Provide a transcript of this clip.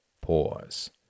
pause